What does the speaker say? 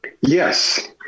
Yes